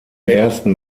ersten